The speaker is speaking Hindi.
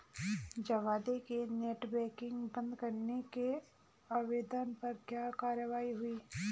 जावेद के नेट बैंकिंग बंद करने के आवेदन पर क्या कार्यवाही हुई?